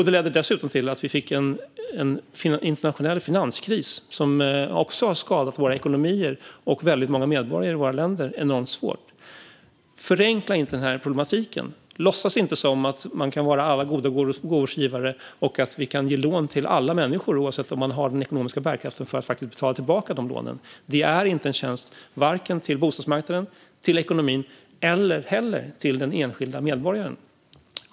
Det ledde dessutom till att vi fick en internationell finanskris som också har skadat våra ekonomier och väldigt många medborgare i våra länder mycket svårt. Förenkla inte denna problematik! Låtsas inte som att man kan vara alla goda gåvors givare och att man kan ge lån till alla människor oavsett om de har den ekonomiska bärkraften att faktiskt betala tillbaka dessa lån! Det är inte en tjänst, vare sig till bostadsmarknaden, till ekonomin eller till den enskilda medborgaren.